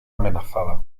amenazada